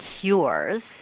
cures